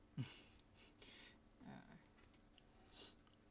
ya